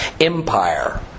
empire